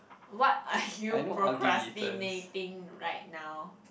what are you procrastinating right now